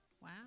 Wow